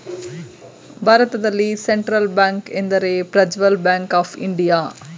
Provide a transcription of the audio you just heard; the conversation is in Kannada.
ಭಾರತದಲ್ಲಿ ಸೆಂಟ್ರಲ್ ಬ್ಯಾಂಕ್ ಎಂದರೆ ಪ್ರಜ್ವಲ್ ಬ್ಯಾಂಕ್ ಆಫ್ ಇಂಡಿಯಾ